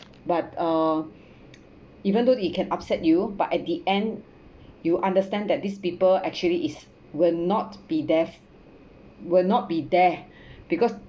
but uh even though it can upset you but at the end you understand that these people actually is will not be there will not be there because